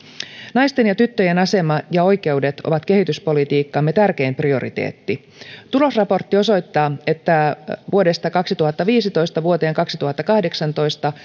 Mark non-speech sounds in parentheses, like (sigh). naisten ja tyttöjen asema ja oikeudet ovat kehityspolitiikkamme tärkein prioriteetti tulosraportti osoittaa että vuodesta kaksituhattaviisitoista vuoteen kaksituhattakahdeksantoista (unintelligible)